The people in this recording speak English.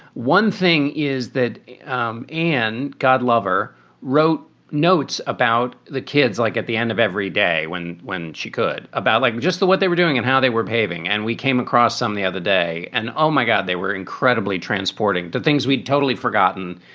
one thing is that um and god lover wrote notes about the kids, like at the end of every day when when she could about like just the what they were doing and how they were behaving. and we came across some the other day and oh my god, they were incredibly transporting the things we'd totally forgotten.